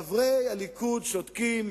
חברי הליכוד שותקים,